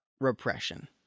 repression